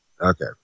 Okay